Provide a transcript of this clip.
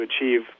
achieve